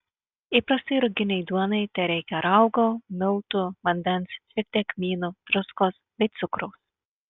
įprastai ruginei duonai tereikia raugo miltų vandens šiek tiek kmynų druskos bei cukraus